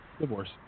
divorce